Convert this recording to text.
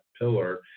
pillar